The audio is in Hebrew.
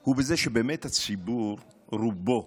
היא בזה שבאמת הציבור ברובו